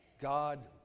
God